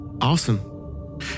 Awesome